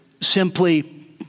simply